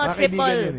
triple